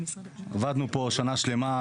עבדנו פה שנה שלמה,